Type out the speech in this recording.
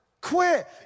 quit